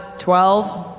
twelve.